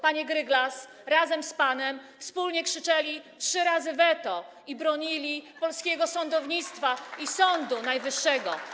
panie Gryglas, razem z panem wspólnie krzyczeli „trzy razy weto” i bronili polskiego sądownictwa i Sądu Najwyższego.